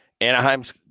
Anaheim's